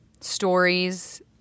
stories